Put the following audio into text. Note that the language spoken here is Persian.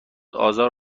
آزار